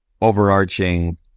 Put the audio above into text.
overarching